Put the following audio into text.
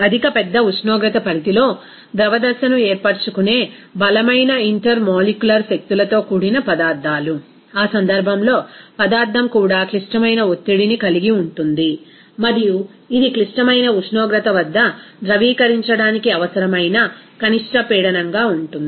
అధిక పెద్ద ఉష్ణోగ్రత పరిధిలో ద్రవ దశను ఏర్పరుచుకునే బలమైన ఇంటర్మోలిక్యులర్ శక్తులతో కూడిన పదార్థాలు ఆ సందర్భంలో పదార్ధం కూడా క్లిష్టమైన ఒత్తిడిని కలిగి ఉంటుంది మరియు ఇది క్లిష్టమైన ఉష్ణోగ్రత వద్ద ద్రవీకరించడానికి అవసరమైన కనిష్ట పీడనంగా ఉంటుంది